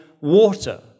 water